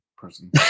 person